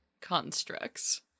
constructs